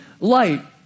light